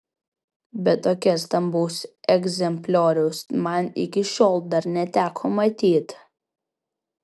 bet tokio stambaus egzemplioriaus man iki šiol dar neteko matyti